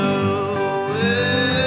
away